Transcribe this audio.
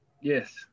Yes